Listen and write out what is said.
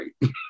right